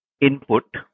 input